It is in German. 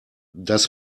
das